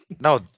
No